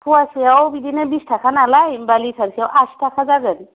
फवासेआव बिदिनो बिसथाखा नालाय होनबा लिथारसेआव आसिथाखा जागोन